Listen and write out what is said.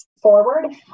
forward